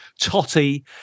Totty